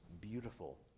beautiful